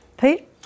Pete